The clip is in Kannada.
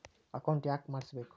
ಅಕೌಂಟ್ ಯಾಕ್ ಮಾಡಿಸಬೇಕು?